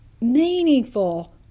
meaningful